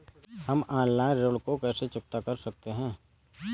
हम ऑनलाइन ऋण को कैसे चुकता कर सकते हैं?